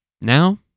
now